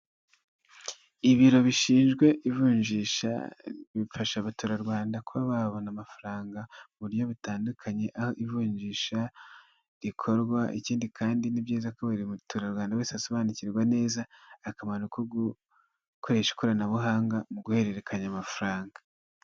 Ibiro bishinzwe ivunjisha bifasha abatura Rwanda kuba babona amafaranga mu buryo butandukanye aho ivunjisha rikorwa ikindi kandi ni byiza buri mutura Rwanda wese asobanukirwa neza akamaro ko gukoresha ikoranabuhanga mu guhererekanya amafaranga .